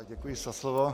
Děkuji za slovo.